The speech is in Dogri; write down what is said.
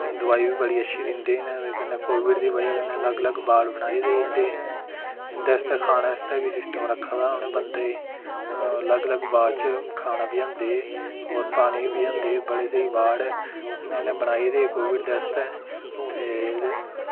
दवाई बी बड़ी अच्छी दिंदे न ते कन्नै कोविड दी वजह् कन्नै अलग अलग बार्ड बनाई दी इं'दी इं'दे आस्तै खाने आस्तै बी सिस्टम रक्खे दा उ'नें बंदे गी अलग अलग बार्ड च खाना पजांदे होर पानी बी पजांदे बड़े स्हेई बार्ड ऐ इन्ने इन्ने बनाई दे कोविड दे आस्तै ते